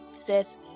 says